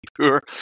poor